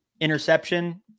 interception